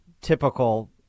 typical